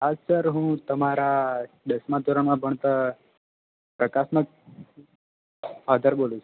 હા સર હું તમારા દસમા ધોરણમાં ભણતા પ્રકાશના ફાધર બોલું